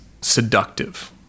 seductive